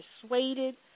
persuaded